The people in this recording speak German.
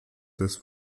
des